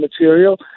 material